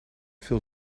veel